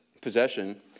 possession